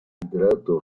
literato